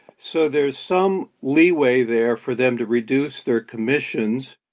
so there is some leeway there for them to reduce their commissions,